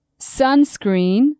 sunscreen